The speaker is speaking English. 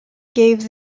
gave